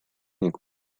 ning